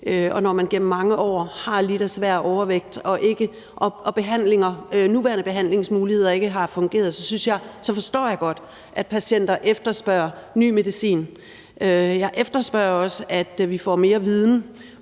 når man gennem mange år har lidt af svær overvægt, og når nuværende behandlingsmuligheder ikke har fungeret, forstår jeg godt, at patienter efterspørger ny medicin. Jeg efterspørger også, at vi får mere viden.